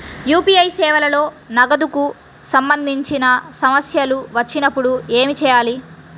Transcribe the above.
UPI సేవలలో నగదుకు సంబంధించిన సమస్యలు వచ్చినప్పుడు ఏమి చేయాలి?